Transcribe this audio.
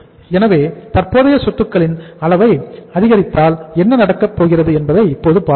எனவே தற்போதைய சொத்துக்களின் அளவை அதிகரித்தால் என்ன நடக்கப்போகிறது என்பதை இப்போது பார்ப்போம்